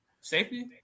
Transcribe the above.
Safety